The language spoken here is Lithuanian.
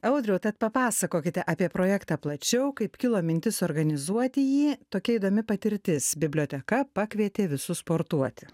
audriau tad papasakokite apie projektą plačiau kaip kilo mintis suorganizuoti jį tokia įdomi patirtis biblioteka pakvietė visus sportuoti